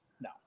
No